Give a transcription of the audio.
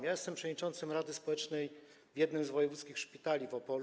Jestem przewodniczącym rady społecznej w jednym z wojewódzkich szpitali w Opolu.